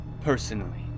personally